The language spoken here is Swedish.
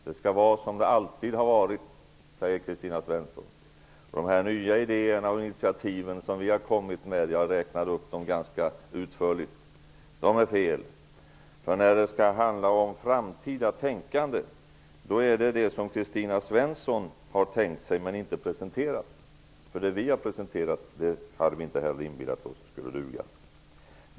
Det skall vara som det alltid har varit, säger De nya idéer och initiativ som regeringen har kommit med -- jag räknade upp dem ganska utförligt -- är fel. När det handlar om framtida tänkande gäller det som Kristina Svensson tänkt sig men inte presenterat. Vi hade inte heller inbillat oss att det som regeringen har presenterat skulle duga.